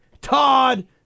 Todd